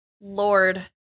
Lord